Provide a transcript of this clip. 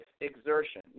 exertion